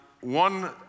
one